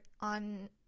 on